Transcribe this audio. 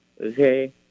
Okay